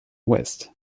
west